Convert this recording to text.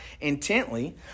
intently